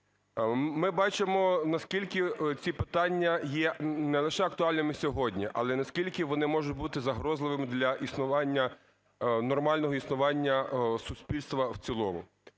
Ми бачимо, наскільки ці питання є не лише актуальними сьогодні, але наскільки вони можуть бути загрозливими для існування, нормального існування суспільства в цілому.